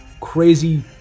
crazy